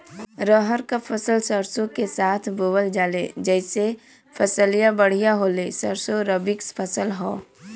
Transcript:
रहर क फसल सरसो के साथे बुवल जाले जैसे फसलिया बढ़िया होले सरसो रबीक फसल हवौ